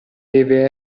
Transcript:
deve